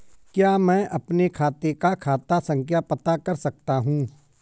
क्या मैं अपने खाते का खाता संख्या पता कर सकता हूँ?